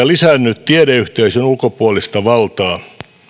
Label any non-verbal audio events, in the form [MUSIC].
[UNINTELLIGIBLE] lisännyt tiedeyhteisön ulkopuolista valtaa